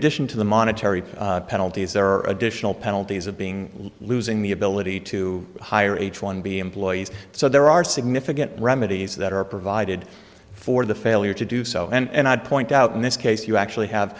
addition to the monetary penalties there are additional penalties of being losing the ability to hire h one b employees so there are significant remedies that are provided for the failure to do so and i would point out in this case you actually have